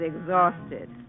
exhausted